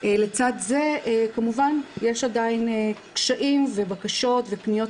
לצד זה כמובן יש עדיין קשיים ובקשות ופניות